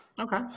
okay